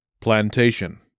plantation